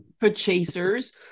purchasers